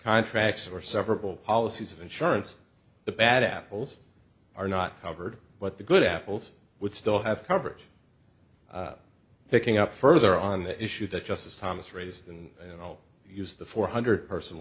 contracts or several policies of insurance the bad apples are not covered but the good apples would still have coverage picking up further on the issue that justice thomas raised and you know use the four hundred person